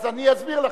אז אני אסביר לכם.